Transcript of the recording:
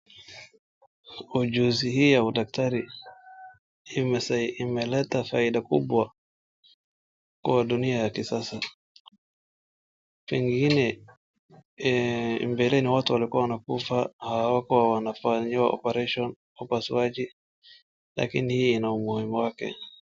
Ujuzi hii ya udaktari imesai-- imeleta faida kubwa kwa dunia ya kisasa. Pengine, eh, mbeleni watu walikuwa wanakufa na hawakuwa wanafanyiwa operation upasuaji, lakini hii ina umuhimu wake.